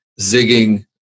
zigging